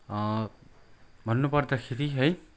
भन्नु पर्दाखेरि है